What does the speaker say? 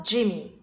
Jimmy